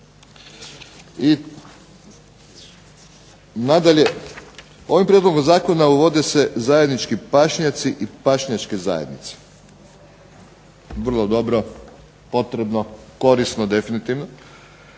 I nadalje, ovim prijedlogom zakona uvodi se zajednički pašnjaci i pašnjačke zajednice. Vrlo dobro, potrebno, korisno definitivno